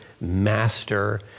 master